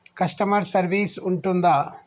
Customer service ఉంటుందా?